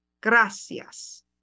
gracias